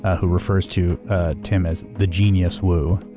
who refers to tim as the genius wu.